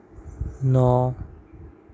ন